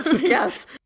Yes